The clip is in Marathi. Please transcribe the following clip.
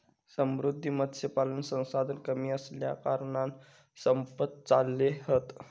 समुद्री मत्स्यपालन संसाधन कमी असल्याकारणान संपत चालले हत